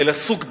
אלא סוג ד',